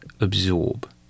absorb